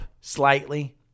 slightly